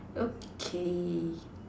okay